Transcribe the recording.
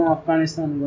Afghanistan